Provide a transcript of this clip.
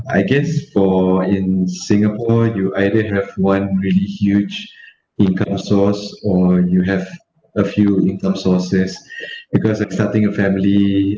I guess for in singapore you either have one really huge income source or you have a few income sources because like starting a family